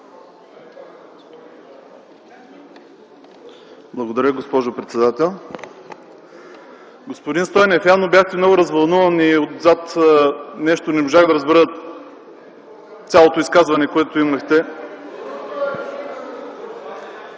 Благодаря, госпожо председател. Господин Стойнев, явно бяхте много развълнуван и не можах да разбера цялото изказване, което имахте.